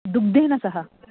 दुग्धेन सह